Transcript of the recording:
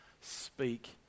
speak